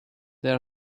there